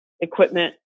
equipment